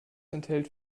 enthält